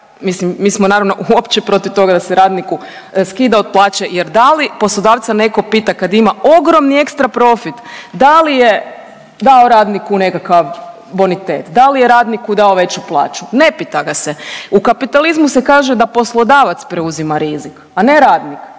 mislim, mi smo naravno, uopće protiv toga da se radniku skida od plaće jer da li poslodavca netko pita kad ima ogromni ekstra profit da li je dao radniku nekakav bonitet? Da li je radniku dao veću plaću? Ne pita ga se. U kapitalizmu se kaže da poslodavac preuzima rizik, a ne radnik.